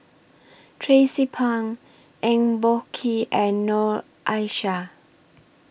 Tracie Pang Eng Boh Kee and Noor Aishah